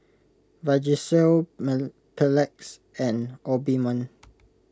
Vagisil Mepilex and Obimin